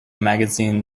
magazine